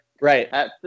right